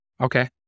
Okay